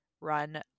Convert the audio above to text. run